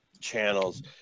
channels